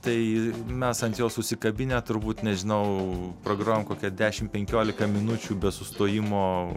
tai mes ant jo susikabinę turbūt nežinau pragrojom kokią dešim penkiolika minučių be sustojimo